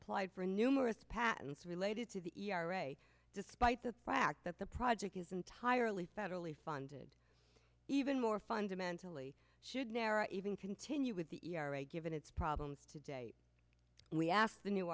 applied for numerous patents related to the e r a despite the fact that the project is entirely federally funded even more fundamentally should narrow even continue with the e r a given its problems today and we asked the new